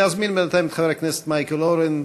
ואזמין בינתיים את חבר הכנסת מייקל אורן,